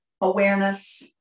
awareness